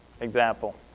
example